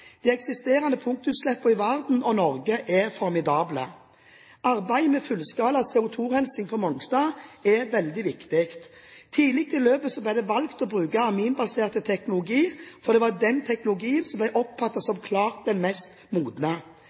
De eksisterende punktutslippene i verden, og i Norge, er formidable. Arbeidet med fullskala CO2-rensing på Mongstad er veldig viktig. Tidlig i løpet ble det valgt å bruke aminbasert teknologi, for det var den teknologien som ble oppfattet som klart mest